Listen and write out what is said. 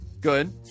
Good